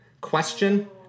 question